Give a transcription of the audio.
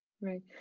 right